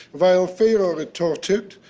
while pharaoh retorted,